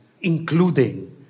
including